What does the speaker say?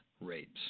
rates